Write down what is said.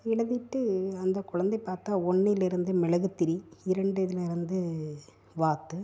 எழுதிட்டு அந்த குழந்தை பார்த்தா ஒன்றிலிருந்து மெழுகு திரி இரண்டு இதுலேருந்து வாத்து